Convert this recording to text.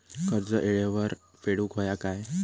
कर्ज येळेवर फेडूक होया काय?